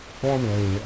Formerly